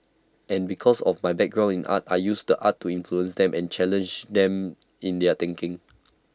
and because of my background in art I used art to influence them and challenge them in their thinking